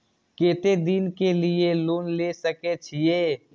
केते दिन के लिए लोन ले सके छिए?